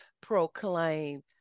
proclaim